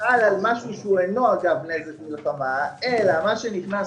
הוא חל על משהו שהוא אינו אגב נזק מלחמה אלא מה שנכנס